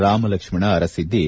ರಾಮಲಕ್ಷ್ಣ ಅರಸಿದ್ದಿ